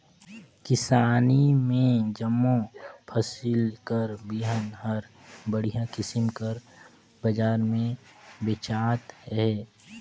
किसानी में जम्मो फसिल कर बीहन हर बड़िहा किसिम कर बजार में बेंचात अहे